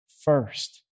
first